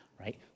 right